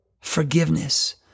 forgiveness